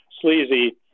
sleazy